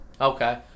Okay